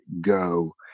go